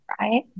right